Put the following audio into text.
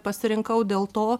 pasirinkau dėl to